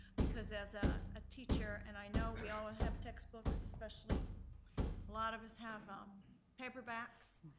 because as ah a teacher, and i know we all ah have textbooks, especially a lot of us have um paperbacks,